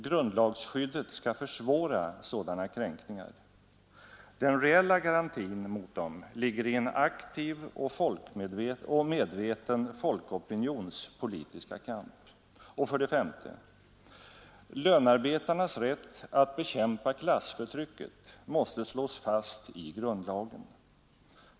Grundlagsskyddet skall försvåra sådana kränkningar. Den reella garantin mot dem ligger i en aktiv och medveten folkopinions politiska kamp. 5. Lönarbetarnas rätt att bekämpa klassförtrycket måste slås fast i grundlagen.